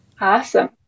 awesome